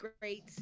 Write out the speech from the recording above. great